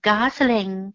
Gosling